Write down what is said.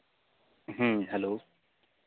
ᱦᱮᱸ ᱦᱮᱞᱳ